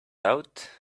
out